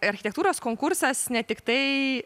architektūros konkursas ne tiktai